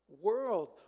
world